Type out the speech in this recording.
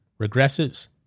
regressives